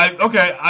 Okay